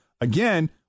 again